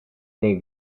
nei